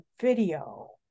video